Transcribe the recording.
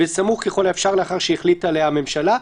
"בסמוך ככל האפשר לאחר שהחליטה עליה הממשלה."